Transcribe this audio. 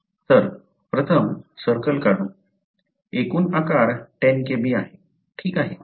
तर प्रथम सर्कल काढू एकूण आकार 10 Kb आहे ठीक आहे